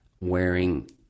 wearing